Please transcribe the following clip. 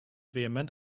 vehement